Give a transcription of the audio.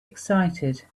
excited